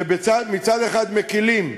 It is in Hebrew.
שמצד אחד מקִלים,